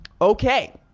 Okay